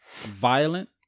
violent